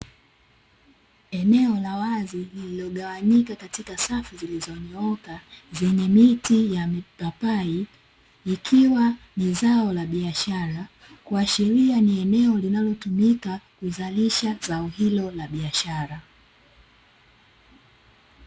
Eneo la wazi lililogawanyika katika safu zililizonyooka; zenye miti na mipapai, ikiwa ni zao la biashara, kuashiria ni eneo linalotumika kuzalisha zao hilo la biashara.